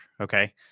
Okay